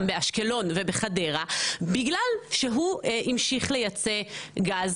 באשקלון ובחדרה בגלל שהוא המשיך לייצא גז